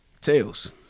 Tails